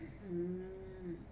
mm